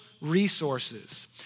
resources